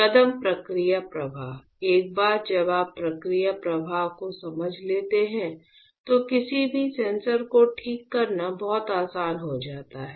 कदम प्रक्रिया प्रवाह एक बार जब आप प्रक्रिया प्रवाह को समझ लेते हैं तो किसी भी सेंसर को ठीक करना बहुत आसान हो जाता है